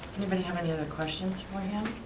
anybody have any other questions for him?